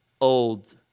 Old